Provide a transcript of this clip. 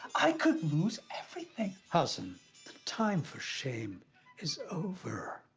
i could lose everything. hasan, the time for shame is over.